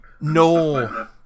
No